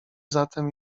zatem